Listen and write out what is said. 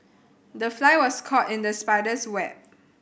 the fly was caught in the spider's web